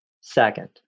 second